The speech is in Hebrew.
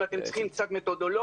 אם אתם צריכים קצת מתודולוגיה,